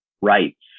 rights